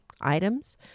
items